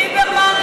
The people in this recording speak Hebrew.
ליברמן,